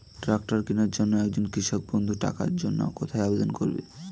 Tractor কিনার জন্য একজন কৃষক বন্ধু টাকার জন্য কোথায় আবেদন করবে?